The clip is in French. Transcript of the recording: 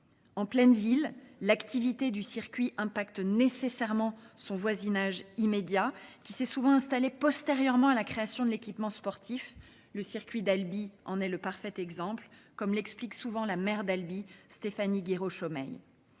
En pleine ville, l'activité du circuit impacte nécessairement son voisinage immédiat, qui s'est souvent installé postérieurement à la création de l'équipement sportif. Le circuit d'Albi en est le parfait exemple, comme l'explique souvent la maire d'Albi, Stéphanie Guirauch-Aumeil.